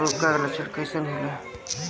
तना छेदक रोग का लक्षण कइसन होला?